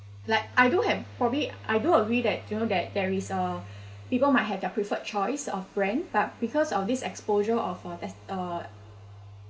like I do have hobby I do agree that you know that there is uh people might have their preferred choice of brand but because of this exposure of uh ex~ uh